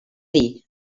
dir